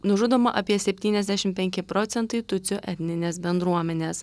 nužudoma apie septyniasdešim penki procentai tutsių etninės bendruomenės